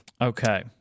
Okay